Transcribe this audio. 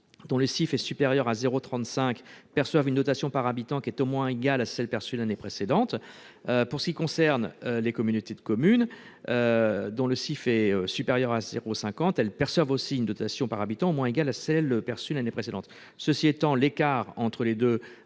dont le CIF est supérieur à 0,35 perçoivent une dotation par habitant au moins égale à celle de l'année précédente. De même, les communautés de communes dont le CIF est supérieur à 0,5 perçoivent aussi une dotation par habitant au moins égale à celle de l'année précédente. Cela étant, l'écart entre les deux